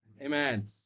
Amen